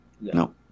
No